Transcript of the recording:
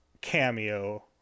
cameo